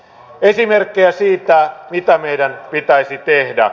esimerkkejä siitä mitä meidän pitäisi tehdä